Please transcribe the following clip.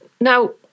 Now